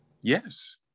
Yes